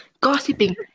gossiping